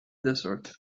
desert